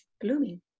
blooming